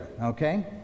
okay